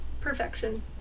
Perfection